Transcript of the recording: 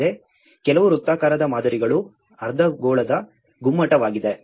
ಅಲ್ಲದೆ ಕೆಲವು ವೃತ್ತಾಕಾರದ ಮಾದರಿಗಳು ಅರ್ಧಗೋಳದ ಗುಮ್ಮಟವಾಗಿದೆ